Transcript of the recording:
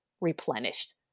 replenished